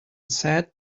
sad